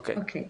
אוקיי,